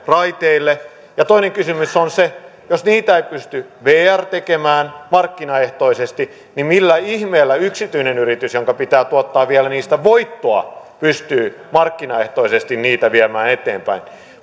raiteille ja toinen kysymys jos niitä ei pysty vr tekemään markkinaehtoisesti niin millä ihmeellä yksityinen yritys jonka pitää tuottaa niistä vielä voittoa pystyy markkinaehtoisesti niitä viemään eteenpäin